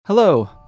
Hello